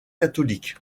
catholique